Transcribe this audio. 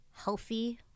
healthy